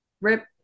rip